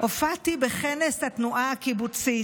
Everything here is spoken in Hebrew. הופעתי בכנס התנועה הקיבוצית.